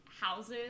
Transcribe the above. houses